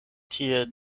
tie